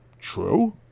True